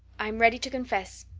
i'm ready to confess.